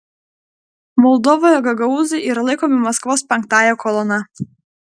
moldovoje gagaūzai yra laikomi maskvos penktąja kolona